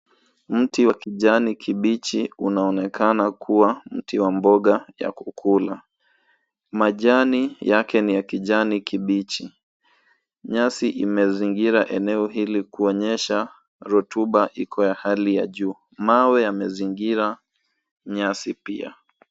Mti wa kiijani kibichi unaonekana kuwa mti wa mboga ya kukula. Majani yake ni ya kijani kibichi. Nyasi imezingira eneo hili kuonyesha rotuba iko ya hali ya juu. Mawe yamezingira nyasi pia.